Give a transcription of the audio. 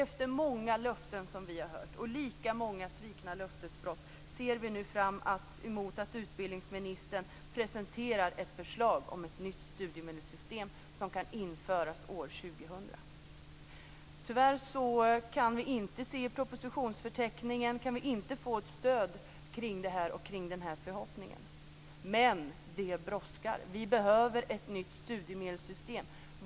Efter många löften som vi har hört, och lika många löftesbrott, ser vi nu fram emot att utbildningsministern presenterar ett förslag om ett nytt studiemedelssystem som kan införas år 2000. Tyvärr kan vi inte i propositionsförteckningen se något stöd för den här förhoppningen. Men det brådskar. Vi behöver ett nytt studiemedelssystem.